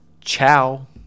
Ciao